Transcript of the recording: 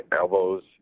elbows